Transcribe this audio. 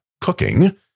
Cooking